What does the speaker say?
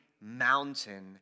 mountain